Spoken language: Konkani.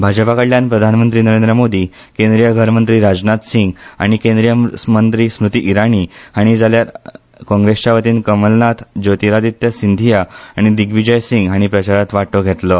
भाजपाकडल्यान प्रधानमंत्री नरेंद्र मोदी केंद्रीय घूह मंत्री राजनाथ सिंग आनी क्रेंद्रीय मंत्री स्मूती इराणी हाणी जाल्यार काँग्रेसच्यावतीन कमलनाथ ज्योतिरादित्य सिंधिया आनी दिग्वीजय सिंग हाणी प्रचारात वांटो घेतलो